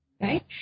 right